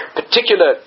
particular